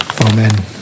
Amen